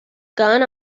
gun